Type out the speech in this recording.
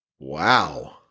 wow